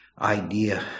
idea